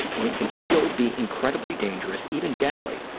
and it can still be incredibly dangerous, even deadly,